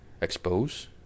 expose